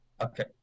Okay